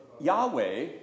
Yahweh